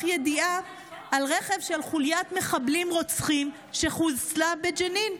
ידיעה על רכב של חוליית מחבלים רוצחים שחוסלה בג'נין.